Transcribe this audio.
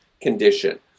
condition